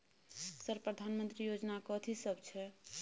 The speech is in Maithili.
सर प्रधानमंत्री योजना कथि सब छै?